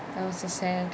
it was a sad